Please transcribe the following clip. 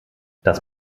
das